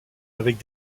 avec